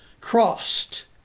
crossed